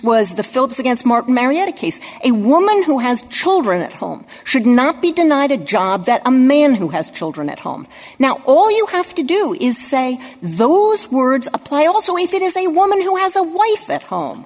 was the phelps against martin marietta case a woman who has children at home should not be denied a job that a man who has children at home now all you have to do is say those words apply also if it is a woman who has a wife at home